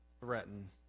threaten